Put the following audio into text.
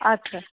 আচ্ছা